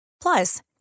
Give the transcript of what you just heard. plus